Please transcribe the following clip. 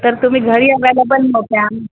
तर तुम्ही घरी अवेलेबल नव्हत्या